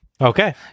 Okay